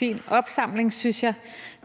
Det er